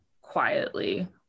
quietly